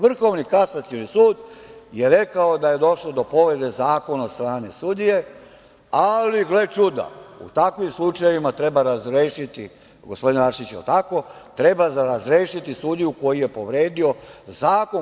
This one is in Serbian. Vrhovni kasacioni sud je rekao da je došlo do povrede zakona od strane sudije, ali gle čuda, u takvim slučajevima treba razrešiti, gospodine Arsiću – jel tako, treba razrešiti sudiju koji je povredio zakon.